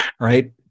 Right